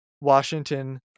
Washington